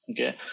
Okay